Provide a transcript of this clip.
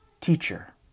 teacher